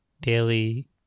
daily